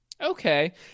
Okay